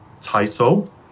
title